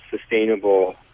sustainable